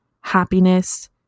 happiness